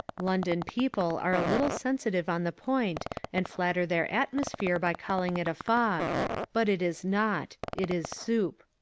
london people are a little sensitive on the point and flatter their atmosphere by calling it a fog but it is not it is soup.